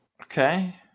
Okay